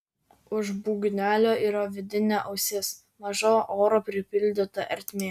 už būgnelio yra vidinė ausis maža oro pripildyta ertmė